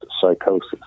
psychosis